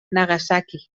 nagasaki